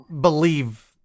believe